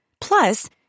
Plus